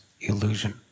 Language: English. illusion